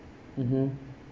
mmhmm